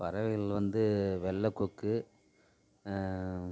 பறவைகள் வந்து வெள்ளை கொக்கு